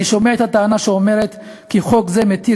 אני שומע את הטענה שאומרת כי חוק זה מתיר